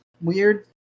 weird